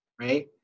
right